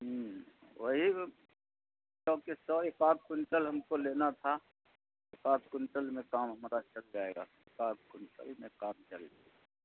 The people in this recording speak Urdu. ہوں وہی سو کے سو ایک آک کوئنٹل ہم کو لینا تھا ایک آک کوئنٹل میں کام ہمارا چل جائے گا ایک آک کوئنٹل میں کام چل